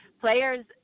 players